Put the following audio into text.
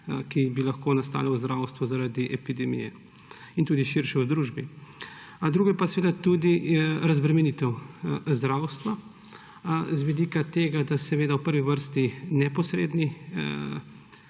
ki bi lahko nastale v zdravstvu zaradi epidemije, in tudi širše v družbi. Drugo pa je tudi razbremenitev zdravstva z vidika tega, da v prvi vrsti neposredna